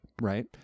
right